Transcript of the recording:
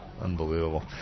Unbelievable